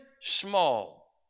small